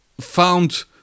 found